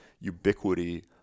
ubiquity